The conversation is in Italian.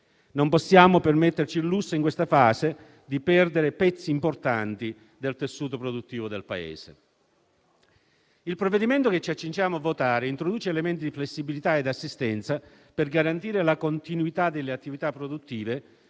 Non possiamo permetterci il lusso, in questa fase, di perdere pezzi importanti del tessuto produttivo del Paese. Il provvedimento che ci accingiamo a votare introduce elementi di flessibilità e assistenza per garantire la continuità delle attività produttive